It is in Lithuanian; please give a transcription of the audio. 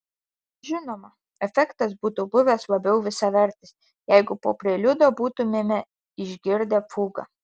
žinoma efektas būtų buvęs labiau visavertis jeigu po preliudo būtumėme išgirdę fugą